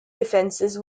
defences